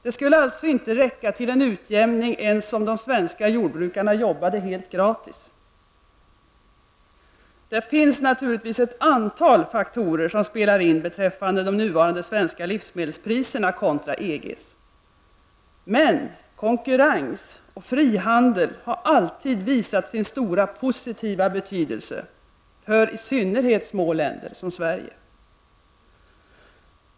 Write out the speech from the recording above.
Det skulle alltså inte räcka till en utjämning ens om de svenska jordbrukarna jobbade helt gratis. Det finns naturligtvis ett antal faktorer som spelar in beträffande de nuvarande svenska livsmedelspriserna kontra EGs. Men konkurrens och frihandel har alltid visat sin stora positiva betydelse för i synnerhet små länder som Sverige.